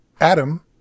Adam